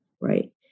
right